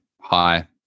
Hi